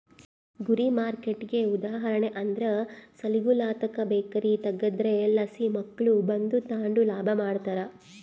ಗುರಿ ಮಾರ್ಕೆಟ್ಗೆ ಉದಾಹರಣೆ ಅಂದ್ರ ಸಾಲಿಗುಳುತಾಕ ಬೇಕರಿ ತಗೇದ್ರಲಾಸಿ ಮಕ್ಳು ಬಂದು ತಾಂಡು ಲಾಭ ಮಾಡ್ತಾರ